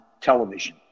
television